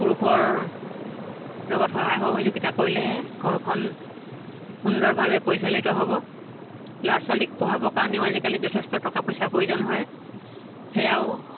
পুৰুষৰ লগত সহায় সহযোগিতা কৰিলেহে ঘৰখন সুন্দৰভাৱে পৰিচালিত হ'ব ল'ৰা ছোৱালীক পঢ়াবৰ কাৰণেও আজিকালি যথেষ্ট টকা পইচাৰ প্ৰয়োজন হয় সেয়াও